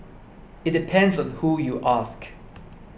it depends on who you ask